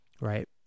Right